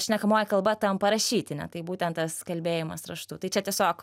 šnekamoji kalba tampa rašytine tai būtent tas kalbėjimas raštu tai čia tiesiog